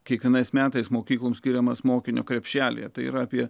kiekvienais metais mokykloms skiriamas mokinio krepšelyje tai yra apie